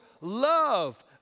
love